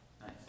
Nice